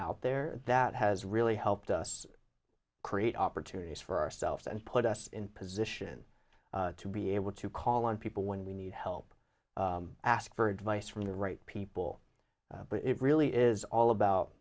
out there that has really helped us create opportunities for ourselves and put us in position to be able to call on people when we need help ask for advice from the right people but it really is all about